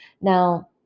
Now